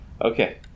Okay